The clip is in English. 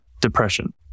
depression